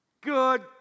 good